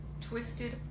twisted